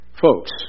Folks